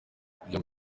kugira